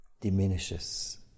diminishes